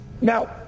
Now